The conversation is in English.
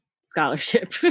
scholarship